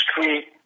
street